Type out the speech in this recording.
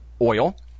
oil